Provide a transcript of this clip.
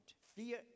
Fear